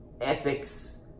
ethics